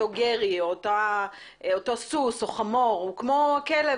אותו גרי או אותו סוס או חמור הוא כמו הכלב